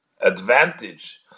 advantage